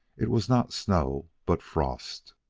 it was not snow, but frost.